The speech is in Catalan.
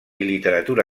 literatura